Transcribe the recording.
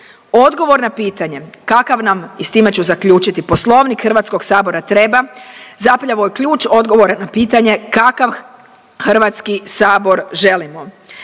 Odgovor na pitanje, kakav nam i s time ću zaključiti Poslovnik Hrvatskog sabora treba, zapravo je ključ odgovora na pitanje kakav Hrvatski sabor želimo.